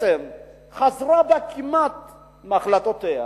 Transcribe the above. שהממשלה חזרה בה כמעט מהחלטותיה.